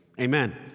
Amen